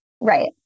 right